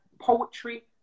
poetry